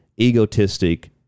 egotistic